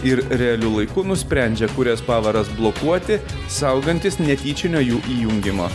ir realiu laiku nusprendžia kurias pavaras blokuoti saugantis netyčinio jų įjungimo